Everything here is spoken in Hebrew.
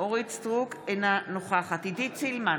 נוכחת עידית סילמן,